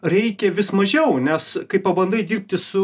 reikia vis mažiau nes kai pabandai dirbti su